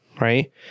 right